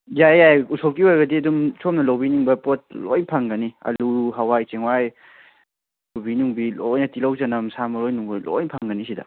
ꯌꯥꯏꯌꯦ ꯌꯥꯏꯌꯦ ꯎꯁꯣꯞꯀꯤ ꯑꯣꯏꯔꯒꯗꯤ ꯑꯗꯨꯝ ꯁꯣꯝꯅ ꯂꯧꯕꯤꯅꯤꯡꯕ ꯄꯣꯠ ꯂꯣꯏ ꯐꯪꯒꯅꯤ ꯑꯥꯜꯂꯨ ꯍꯋꯥꯏ ꯆꯦꯡꯋꯥꯏ ꯀꯣꯕꯤ ꯅꯨꯡꯕꯤ ꯂꯣꯏꯅ ꯇꯤꯜꯍꯧ ꯆꯅꯝ ꯁꯥ ꯃꯔꯣꯏ ꯅꯨꯡꯂꯣꯏ ꯂꯣꯏ ꯐꯪꯒꯅꯤ ꯁꯤꯗ